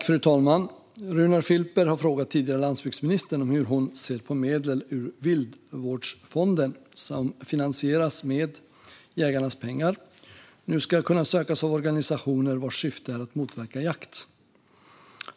Fru talman! Runar Filper har frågat tidigare landsbygdsministern hur hon ser på att medel ur Viltvårdsfonden, som finansieras med jägarnas pengar, nu ska kunna sökas av organisationer vars syfte är att motverka jakt.